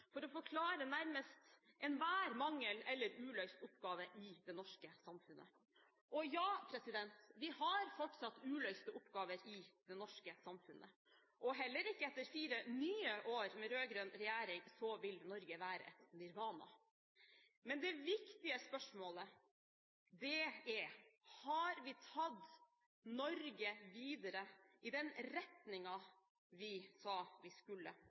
for å forklare nærmest enhver mangel eller uløst oppgave i det norske samfunnet. Og, ja – vi har fortsatt uløste oppgaver i det norske samfunnet, og heller ikke etter fire nye år med rød-grønn regjering vil Norge være et nirvana, men det viktige spørsmålet er om vi har tatt Norge videre i den retningen vi sa vi skulle,